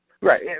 Right